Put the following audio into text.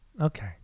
Okay